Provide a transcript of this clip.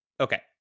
Okay